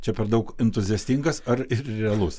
čia per daug entuziastingas ar realus